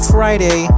Friday